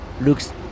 looks